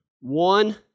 one